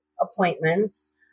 appointments